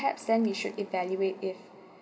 perhaps then you should evaluate if